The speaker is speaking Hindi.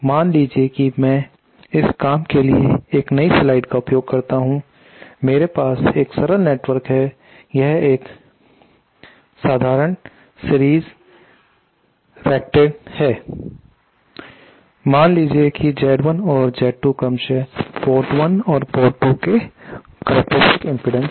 मान लीजिए कि मैं इस काम के लिए एक नई स्लाइड का उपयोग करता हूं मेरे पास एक सरल नेटवर्क है यह एक साधारण सीरीज रेक्टैंट है मान लीजिए की Z1 और Z2 क्रमशः पोर्ट 1 और पोर्ट 2 पर करक्टेरिस्टिक्स इम्पीडेन्सेस है